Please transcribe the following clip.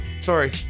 Sorry